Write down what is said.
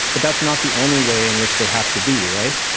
but that's not the only way in which they have to be, right?